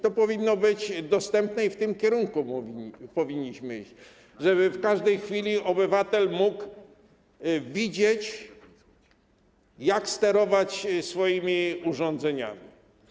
To powinno być dostępne i w tym kierunku powinniśmy iść, żeby w każdej chwili obywatel mógł widzieć, jak sterować swoimi urządzeniami.